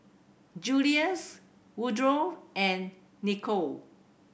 Julius Woodrow and Nicolle